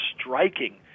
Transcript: striking